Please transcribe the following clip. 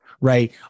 right